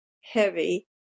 heavy